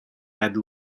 had